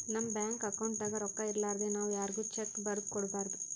ನಮ್ ಬ್ಯಾಂಕ್ ಅಕೌಂಟ್ದಾಗ್ ರೊಕ್ಕಾ ಇರಲಾರ್ದೆ ನಾವ್ ಯಾರ್ಗು ಚೆಕ್ಕ್ ಬರದ್ ಕೊಡ್ಬಾರ್ದು